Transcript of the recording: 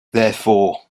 therefore